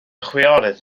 chwiorydd